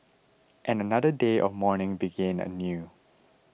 and another day of mourning began anew